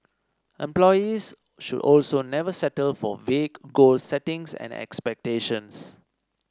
employees should also never settle for vague goal settings and expectations